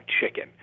chicken